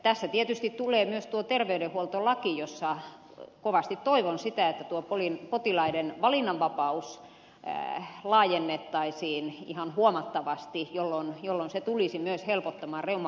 tässä tietysti tulee esiin myös terveydenhuoltolaki jossa kovasti toivon että potilaiden valinnanvapautta laajennettaisiin ihan huomattavasti jolloin se tulisi myös helpottamaan reumapotilaiden tilannetta